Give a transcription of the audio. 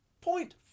point